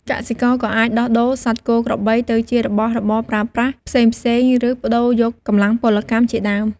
កសិករក៏អាចដោះដូរសត្វគោក្របីទៅជារបស់របរប្រើប្រាស់ផ្សេងៗ ឬប្ដូរយកកម្លាំងពលកម្មជាដើម។